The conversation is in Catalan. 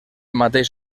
mateix